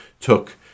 took